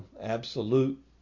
absolute